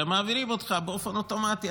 אלא מעבירים אותך באופן אוטומטי.